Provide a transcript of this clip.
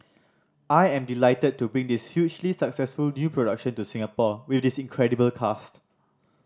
I am delighted to bring this hugely successful new production to Singapore with this incredible cast